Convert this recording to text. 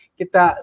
kita